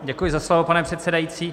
Děkuji za slovo, pane předsedající.